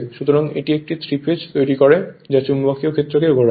সুতরাং এটি একটি 3 ফেজ তৈরি করে যা চুম্বকীয় ক্ষেত্রকে ঘোরায়